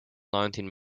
nineteen